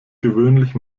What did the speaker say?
gewöhnlich